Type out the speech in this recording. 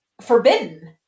forbidden